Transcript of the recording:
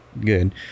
good